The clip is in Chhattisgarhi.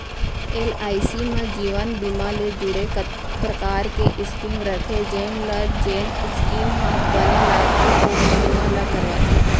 एल.आई.सी म जीवन बीमा ले जुड़े कतको परकार के स्कीम रथे जेन ल जेन स्कीम ह बने लागथे ओ बीमा ल करवाथे